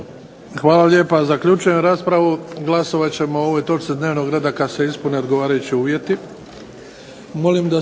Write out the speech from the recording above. Hvala lijepa. Zaključujem raspravu. Glasovat ćemo o ovoj točci dnevnog reda kada se ispune odgovarajući uvjeti.